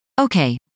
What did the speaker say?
Okay